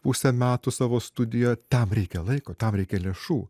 pusę metų savo studijoj tam reikia laiko tam reikia lėšų